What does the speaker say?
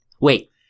Wait